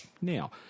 now